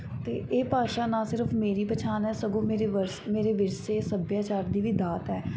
ਅਤੇ ਇਹ ਭਾਸ਼ਾ ਨਾ ਸਿਰਫ ਮੇਰੀ ਪਛਾਣ ਹੈ ਸਗੋਂ ਮੇਰੀ ਵਰਸ ਮੇਰੇ ਵਿਰਸੇ ਸੱਭਿਆਚਾਰ ਦੀ ਵੀ ਦਾਤ ਹੈ